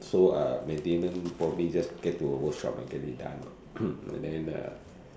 so uh maintenance probably just get to a workshop and I get it done lor and then the